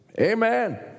Amen